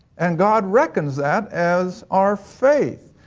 and god reckons that as our faith.